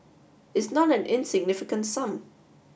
it's not an insignificant sum